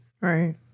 Right